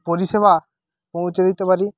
পরিষেবা পৌঁছে দিতে পারি